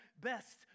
best